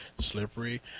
slippery